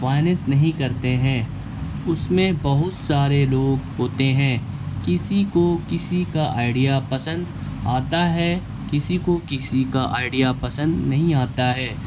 finance نہیں کرتے ہیں اس میں بہت سارے لوگ ہوتے ہیں کسی کو کسی کا آئیڈیا پسند آتا ہے کسی کو کسی کا آئیڈیا پسند نہیں آتا ہے